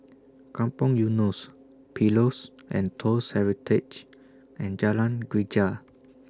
Kampong Eunos Pillows and Toast Heritage and Jalan Greja